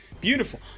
Beautiful